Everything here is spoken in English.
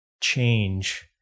change